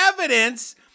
evidence